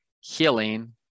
healing